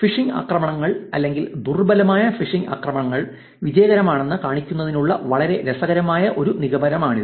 phishing ആക്രമണങ്ങൾ അല്ലെങ്കിൽ ദുർബലമായ ഫിഷിംഗ് ആക്രമണങ്ങൾ വിജയകരമാണെന്ന് കാണിക്കുന്നതിനുള്ള വളരെ രസകരമായ ഒരു നിഗമനമാണിത്